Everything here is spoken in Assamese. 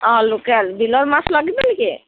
অঁ লোকেল বিলৰ মাছ লাগিব নেকি